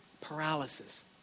paralysis